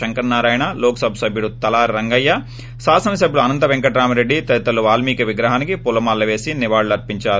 శంకర్నారాయణ లోక్సభ సభ్యుడు తలారి రంగయ్య శాసనసభ్యుడు అనంతపెంకటర రామిరెడ్డి తదితరులు వాల్మికి విగ్రహానికి పూలమాలలు పేసి నివాళులు అర్పించారు